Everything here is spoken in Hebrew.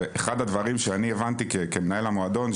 אחד הדברים שאני הבנתי כמנהל המועדון,